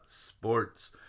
Sports